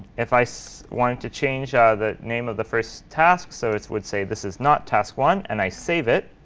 if i so wanted to change the name of the first task, so it would say this is not task one, and i save it,